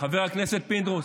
חבר הכנסת פינדרוס,